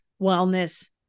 wellness